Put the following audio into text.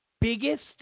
biggest